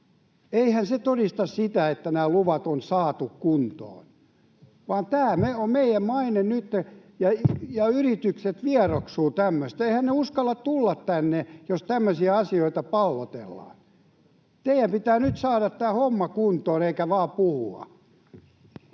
Eihän se todista sitä, että nämä luvat on saatu kuntoon, vaan tämä on meidän maine nytten, ja yritykset vieroksuvat tämmöistä. Eiväthän ne uskalla tulla tänne, jos tämmöisiä asioita pallotellaan. Teidän pitää nyt saada tämä homma kuntoon eikä vaan puhua.